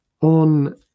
on